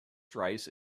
stripes